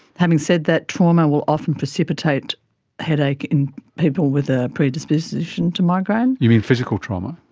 having said that, trauma will often precipitate headache in people with a predisposition to migraine. you mean physical trauma?